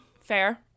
Fair